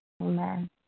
Amen